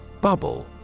Bubble